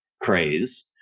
craze